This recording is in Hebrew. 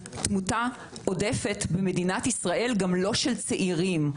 תמותה עודפת במדינת ישראל, גם לא של צעירים.